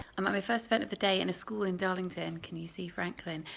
i'm at my first event of the day in a school in darlington, can you see franklin?